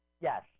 Yes